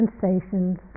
sensations